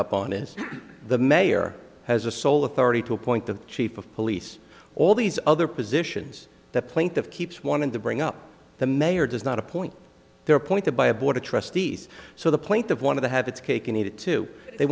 up on it the mayor has a sole authority to appoint the chief of police all these other positions that plaintiff keeps want to bring up the mayor does not appoint they're appointed by a board of trustees so the point of one of the have its cake and eat it too they